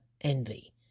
envy